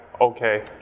okay